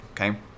okay